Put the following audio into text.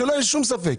ושלא יהיה שום ספק.